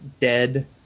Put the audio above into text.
dead